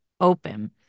open